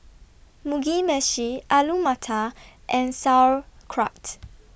Mugi Meshi Alu Matar and Sauerkraut